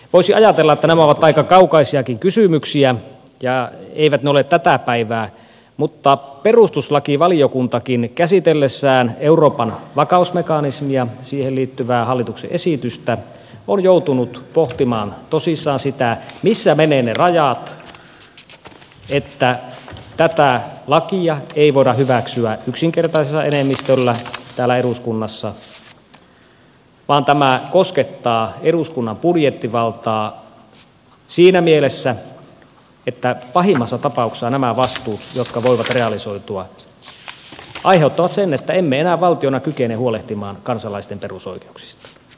voisi ajatella että nämä ovat aika kaukaisiakin kysymyksiä eivätkä ne ole tätä päivää mutta perustuslakivaliokuntakin käsitellessään euroopan vakausmekanismia siihen liittyvää hallituksen esitystä on joutunut pohtimaan tosissaan sitä missä menevät ne rajat että tätä lakia ei voida hyväksyä yksinkertaisella enemmistöllä täällä eduskunnassa vaan tämä koskettaa eduskunnan budjettivaltaa siinä mielessä että pahimmassa tapauksessa nämä vastuut jotka voivat realisoitua aiheuttavat sen että emme enää valtiona kykene huolehtimaan kansalaisten perusoikeuksista